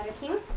King